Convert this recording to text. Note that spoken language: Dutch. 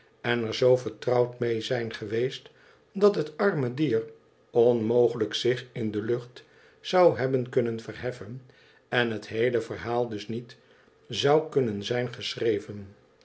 en er zoo vertrouwd men zijn geweest dat het arme dier onmogelijk zich in de lucht zou hebben kunnen verheffen en het heele verhaal dus niet zou kunnen zijn geschreven